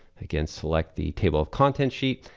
again, select the table of contents sheet.